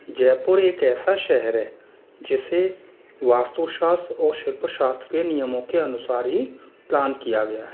जयपुर एक ऐसा शहर है जिसे वास्तु शास्त्र और शिल्प शास्त्र के नियमों के अनुसार ही प्लान किया गया है